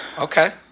okay